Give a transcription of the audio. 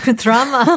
drama